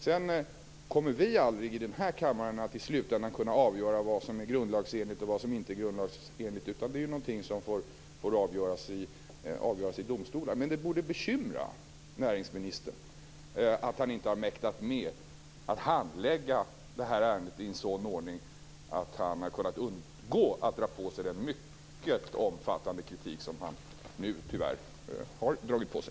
Vi kommer aldrig i den här kammaren att i slutändan kunna avgöra vad som är grundlagsenligt och vad som inte är det, utan det är något som får avgöras i domstol. Det borde ändå bekymra näringsministern att han inte har mäktat med att handlägga det här ärendet i en sådan ordning att han kunnat undgå att dra på sig den mycket omfattande kritik som han nu tyvärr har dragit på sig.